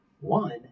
one